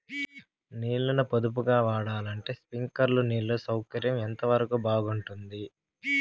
నీళ్ళ ని పొదుపుగా వాడాలంటే స్ప్రింక్లర్లు నీళ్లు సౌకర్యం ఎంతవరకు బాగుంటుంది?